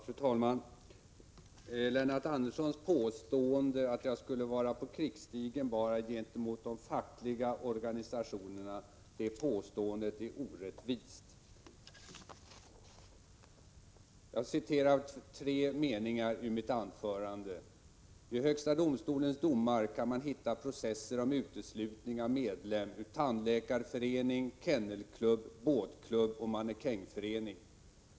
Fru talman! Lennart Anderssons påstående att jag skulle vara på krigsstigen bara gentemot de fackliga organisationerna är orättvist. Jag skall citera tre meningar ur mitt anförande: ”I högsta domstolens domar kan man hitta processer om uteslutning av medlem ur tandläkarförening, kennelklubb, båtklubb och mannekängförening.